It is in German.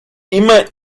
immer